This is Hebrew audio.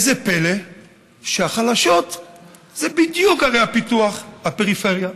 איזה פלא שהחלשות הן בדיוק ערי הפיתוח, הפריפריה.